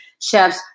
Chefs